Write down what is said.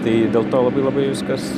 tai dėl to labai labai viskas